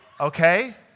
Okay